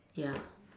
ya